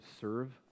serve